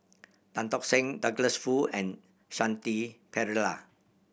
Tan Tock Seng Douglas Foo and Shanti Pereira